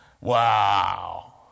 Wow